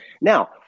Now